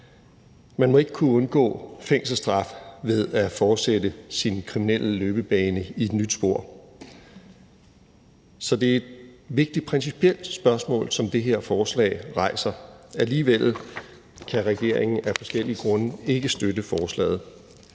Man må ikke kunne undgå fængselsstraf ved at fortsætte sin kriminelle løbebane i et nyt spor. Så det er et vigtigt principielt spørgsmål, som det her forslag rejser. Alligevel kan regeringen af forskellige grunde ikke støtte forslaget.